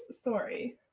sorry